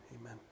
amen